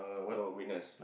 no witness